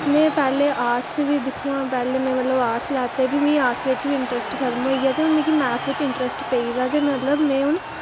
ते पैह्लें में आर्टस दिक्खो आं आर्टस लैते ते हून मिगी आर्टस बिच बी इंटरस्ट खत्म होई गेआ ते हून मिगी मैथ बिच पेई दा ते मतलब में हून